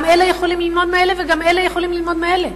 גם אלה יכולים ללמוד מאלה וגם אלה יכולים ללמוד מאלה,